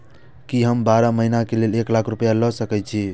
की हम बारह महीना के लिए एक लाख रूपया ले सके छी?